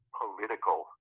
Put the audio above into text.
political